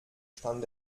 stand